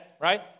right